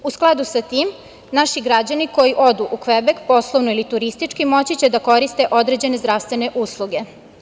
U skladu sa tim, naši građani koji odu u Kvebek, poslovno ili turistički, moći će da koriste određene zdravstvene usluge.